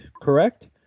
Correct